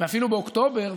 אפילו באוקטובר,